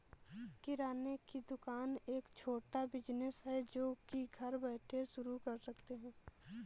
किराने की दुकान एक छोटा बिज़नेस है जो की घर बैठे शुरू कर सकते है